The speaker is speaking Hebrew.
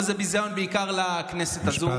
אבל זה ביזיון בעיקר לכנסת הזו,